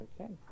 Okay